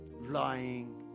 lying